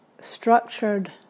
structured